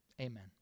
Amen